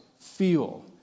feel